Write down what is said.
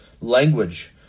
language